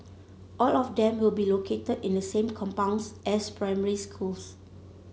all of them will be located in the same compounds as primary schools